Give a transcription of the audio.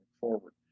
forward